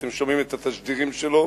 ואתם שומעים את התשדירים שלו,